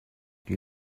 die